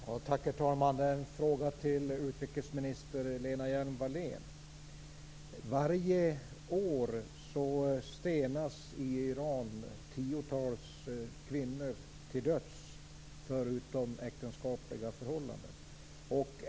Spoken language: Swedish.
Herr talman! Jag har en fråga till utrikesminister Lena Hjelm-Wallén. Varje år stenas i Iran tiotals kvinnor till döds för utomäktenskapliga förhållanden.